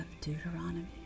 Deuteronomy